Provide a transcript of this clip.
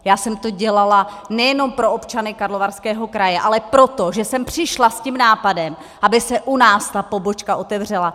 Já jsem to dělala nejenom pro občany Karlovarského kraje, ale proto, že jsem přišla s tím nápadem, aby se u nás ta pobočka otevřela.